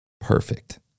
Perfect